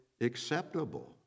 acceptable